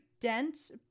dense